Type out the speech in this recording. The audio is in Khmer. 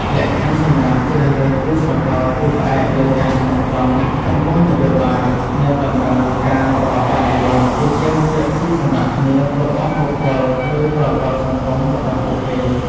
លក្ខខណ្ឌសម្រាប់ជ្រើសរើសគូស្រករគឺផ្អែកលើការស្មោះត្រង់ចំពោះនយោបាយនិងតម្រូវការរបស់បដិវត្តន៍ ជាជាងភាពស៊ីសង្វាក់គ្នារបស់បុគ្គលឬប្រវត្តិសង្គមរបស់ពួកគេ។